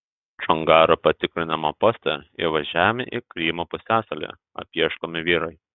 čongaro patikrinimo poste įvažiavime į krymo pusiasalį apieškomi vyrai